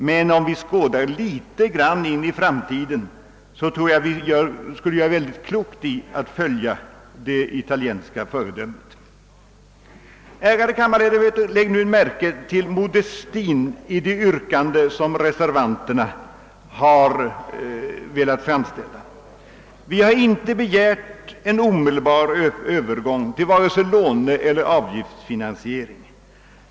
Men om vi skådar in i framtiden tror jag vi måste säga oss, att vi skulle göra mycket klokt i att följa det italienska föredömet. Ärade kammarledamöter! Lägg märke till modestin i det yrkande som vi reservanter har velat framställa. Vi har inte begärt en omedelbar övergång till vare sig låneeller avgiftsfinansiering.